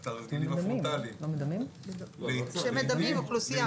את התרגילים הפרונטליים --- שמדמים אוכלוסייה.